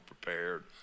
prepared